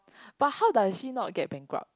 but how does she not get bankrupt